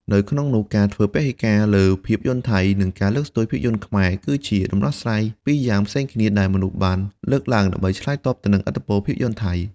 នៅក្នុងនោះការធ្វើពហិការលើភាពយន្តថៃ និងការលើកស្ទួយភាពយន្តខ្មែរ គឺជាដំណោះស្រាយពីរយ៉ាងផ្សេងគ្នាដែលមនុស្សបានលើកឡើង ដើម្បីឆ្លើយតបទៅនឹងឥទ្ធិពលភាពយន្តថៃ។